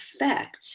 effect